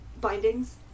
bindings